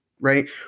right